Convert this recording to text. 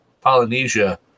Polynesia